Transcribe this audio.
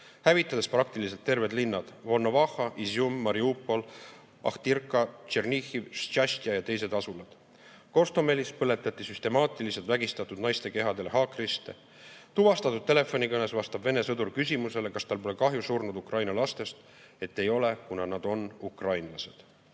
hävitades praktiliselt terved linnad: Volnovahha, Izjum, Mariupol, Ahtirka, Tšernihiv, Štšastja ja teised asulad. Hostomelis põletati süstemaatiliselt vägistatud naiste kehadele haakriste, tuvastatud telefonikõnes vastab Vene sõdur küsimusele, kas tal pole kahju surnud Ukraina lastest, et ei ole, kuna nad on ukrainlased. Eraldi